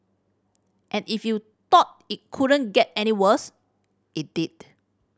and if you thought it couldn't get any worse it did